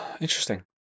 Interesting